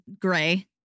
gray